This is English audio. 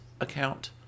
account